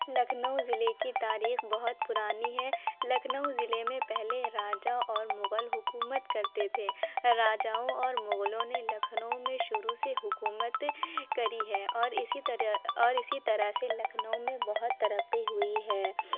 لکھنئو ضلع کی تاریخ بہت پرانی ہے لکھنئو ضلع میں پہلے راجا اور مغل حكومت كرتے تھے راجاؤں اور مغلوں نے لكھنئو میں شروع سے حکومت کری ہے اور اسی طرح اور اسی طرح سے لکھنئو میں بہت ترقی ہوئی ہے